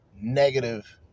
negative